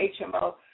HMO